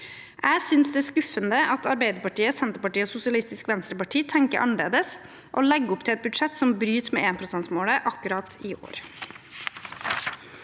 Jeg syns det er skuffende at Arbeiderpartiet, Senterpartiet og Sosialistisk Venstreparti tenker annerledes og legger opp til et budsjett som bryter med 1-prosentmålet akkurat i år.